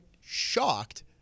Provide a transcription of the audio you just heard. shocked